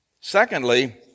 Secondly